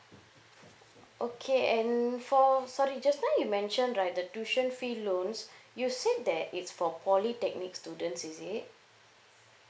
okay and for sorry just now you mentioned right the tuition fee loans you said that it's for polytechnic students is it